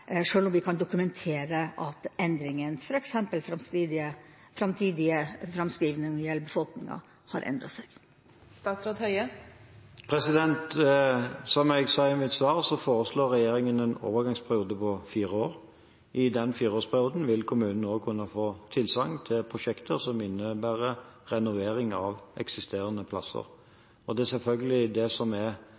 om man kan dokumentere en endring, f.eks. at framtidige framskrivninger når det gjelder befolkningen, har endret seg? Som jeg sa i mitt svar, foreslår regjeringen en overgangsperiode på fire år. I den fireårsperioden vil kommunene også kunne få tilsagn til prosjekter som innebærer renovering av eksisterende plasser. Det er selvfølgelig det som er